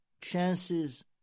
chances